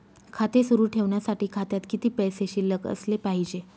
खाते सुरु ठेवण्यासाठी खात्यात किती पैसे शिल्लक असले पाहिजे?